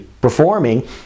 performing